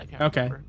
okay